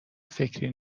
فکری